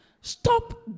Stop